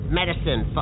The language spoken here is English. medicine